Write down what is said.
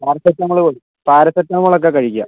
paracetamol പാരസെറ്റമോളൊക്കെ കഴിക്കാം